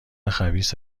خبیث